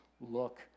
look